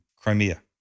Crimea